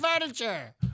Furniture